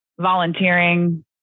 volunteering